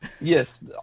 yes